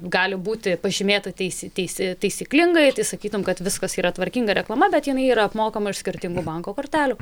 gali būti pažymėta teisi teisi taisyklingai tai sakytum kad viskas yra tvarkinga reklama bet jinai yra apmokama iš skirtingų banko kortelių